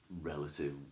relative